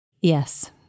Yes